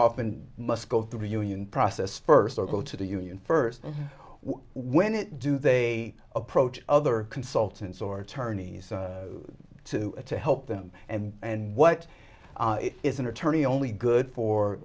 often must go through the union process first or go to the union first and when it do they approach other consultants or attorneys to to help them and and what is an attorney only good for